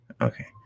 Okay